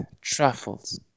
truffles